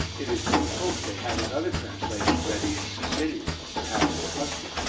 it is to be hoped they have another translation ready in sicilian, or perhaps in tuscan,